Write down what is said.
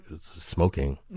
smoking